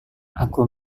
aku